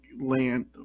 land